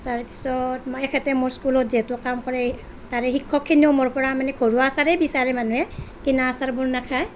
তাৰপিছত মই এখেতে মোৰ স্কুলত যিহেতু কাম কৰে তাৰে শিক্ষকখিনিও মোৰ পৰা মানে ঘৰুৱা আচাৰে বিচাৰে মানুহে কিনা আচাৰবোৰ নাখায়